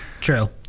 True